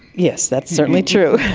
yes, that's certainly true.